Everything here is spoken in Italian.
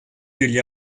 degli